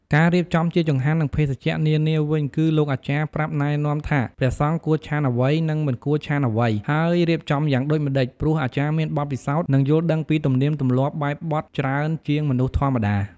ការរៀបចំជាចង្ហាន់និងភេសជ្ជៈនានាវិញគឺលោកអាចារ្យប្រាប់ណែនាំថាព្រះសង្ឃគួរឆាន់អ្វីនិងមិនគួរឆាន់អ្វី ហើយរៀបចំយ៉ាងដូចម្តេច ព្រោះអាចារ្យមានបទពិសោធន៍ និងយល់ដឹងពីទម្លៀកទម្លាប់បែបបទច្រើនជាងមនុស្សធម្មតា។